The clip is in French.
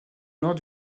nord